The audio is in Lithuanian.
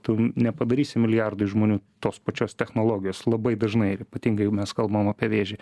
tu nepadarysi milijardui žmonių tos pačios technologijos labai dažnai ir ypatingai jeigu mes kalbam apie vėžį